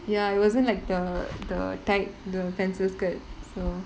ya it wasn't like the the tag~ the pencil skirt so